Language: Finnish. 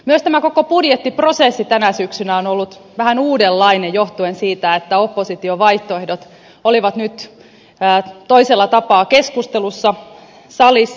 myös tämä koko budjettiprosessi tänä syksynä on ollut vähän uudenlainen johtuen siitä että oppositiovaihtoehdot olivat nyt toisella tapaa keskustelussa salissa